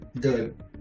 Good